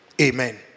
Amen